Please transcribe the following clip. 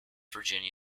virginia